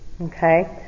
okay